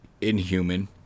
inhuman